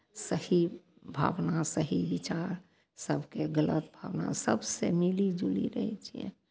सही भावना सही विचार सभके गलत अपना सभसँ मिलि जुलि रहै छियै